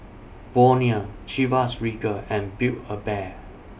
Bonia Chivas Regal and Build A Bear